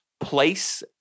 place